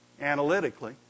analytically